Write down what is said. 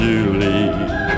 Julie